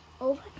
over